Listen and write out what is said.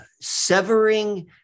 severing